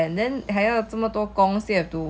if we buy the ingredients home and cook right